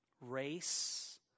race